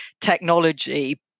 technology –